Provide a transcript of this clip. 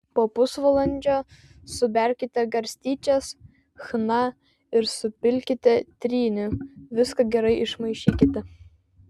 po pusvalandžio suberkite garstyčias chna ir supilkite trynį viską gerai išmaišykite